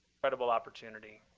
incredible opportunity.